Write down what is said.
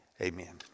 Amen